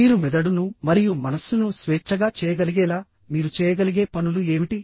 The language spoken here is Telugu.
మీరు మెదడును మరియు మనస్సును స్వేచ్ఛగా చేయగలిగేలా మీరు చేయగలిగే పనులు ఏమిటి